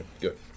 good